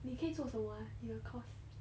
你可以做什么 eh 你的 course